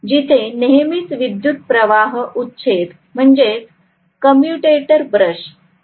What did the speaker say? जिथे नेहमीच विद्युतप्रवाह उच्छेद व्यवस्थेकडे लक्ष द्यावे लागते